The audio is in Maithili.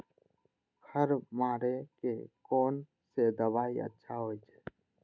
खर मारे के कोन से दवाई अच्छा होय छे?